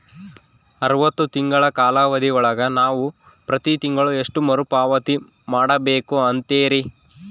ಅರವತ್ತು ತಿಂಗಳ ಕಾಲಾವಧಿ ಒಳಗ ನಾವು ಪ್ರತಿ ತಿಂಗಳು ಎಷ್ಟು ಮರುಪಾವತಿ ಮಾಡಬೇಕು ಅಂತೇರಿ?